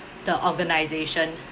the organisation